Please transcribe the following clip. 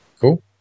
cool